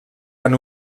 han